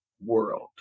world